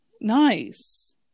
Nice